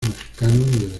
mexicanos